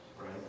Right